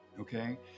okay